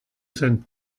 zen